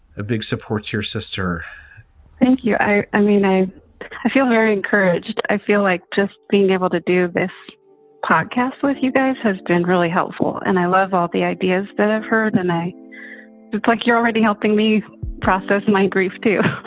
big support your sister thank you. i i mean, i i feel very encouraged. i feel like just being able to do this podcast with you guys has been really helpful. and i love all the ideas that i've heard. and i think like you're already helping me process my grief, too.